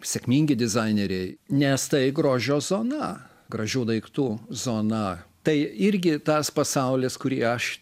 sėkmingi dizaineriai nes tai grožio zona gražių daiktų zona tai irgi tas pasaulis kurį aš